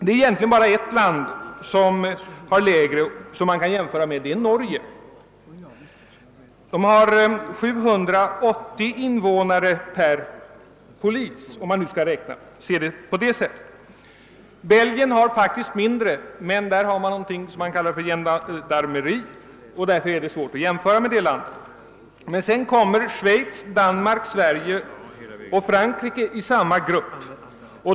Det är egentligen bara ett av dessa länder som har lägre polistäthet, nämligen Norge, som har 780 invånare per polis. Belgien har faktiskt en mindre polistäthet, men där finns någonting som kallas gendarmeri, och därför är det svårt att jämföra Belgien med de övriga länderna. I samma grupp kommer sedan Schweiz, Danmark, Sverige och Frankrike.